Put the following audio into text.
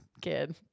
Kid